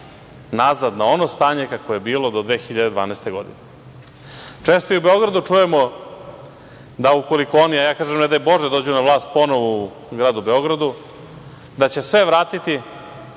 nazad na ono stanje kakvo je bilo do 2012. godine. Često i u Beogradu čujemo da ukoliko oni, a ja kažem ne daj Bože, dođu na vlast ponovo u gradu Beogradu da će sve vratiti